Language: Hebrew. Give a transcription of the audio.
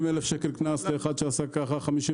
70,000 ₪ קנס לאחד שעשה כך וכך,